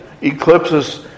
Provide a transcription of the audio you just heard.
eclipses